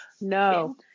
No